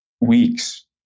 weeks